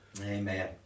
Amen